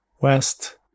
west